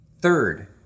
Third